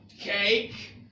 cake